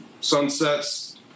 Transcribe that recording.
Sunsets